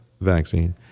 vaccine